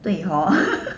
对 hor